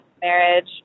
marriage